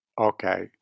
okay